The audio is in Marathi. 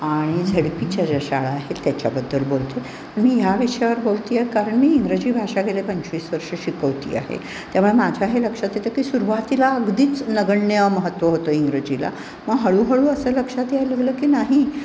आणि झेड पीच्या ज्या शाळा आहेत त्याच्याबद्दल बोलते मी ह्या विषयावर बोलते आहे कारण मी इंग्रजी भाषा गेले पंचवीस वर्ष शिकवती आहे त्यामुळे माझ्या हे लक्षात येतं की सुरवातीला अगदीच नगण्य महत्त्व होतं इंग्रजीला मग हळूहळू असं लक्षात यायला लागलं की नाही